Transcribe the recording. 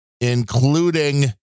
including